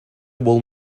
will